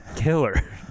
killer